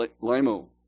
Limo